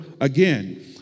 again